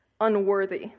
unworthy